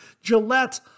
Gillette